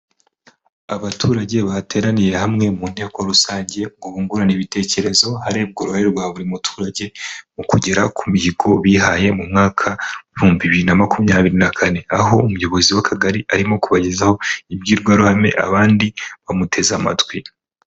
abaturage bateraniye hamwe mu nteko rusange bungurana ibitekerezo harebwa uruhare rwa buri muturage mu kugera ku mihigo bihaye mu mwaka wa 2024 aho umuyobozi w'akagari arimo kubagezaho im imbwirwaruhame abandi bamuteze amatwi